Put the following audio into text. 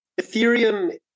Ethereum